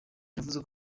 yavuze